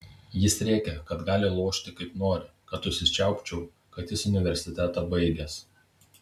jis rėkė kad gali lošti kaip nori kad užsičiaupčiau kad jis universitetą baigęs